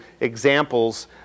examples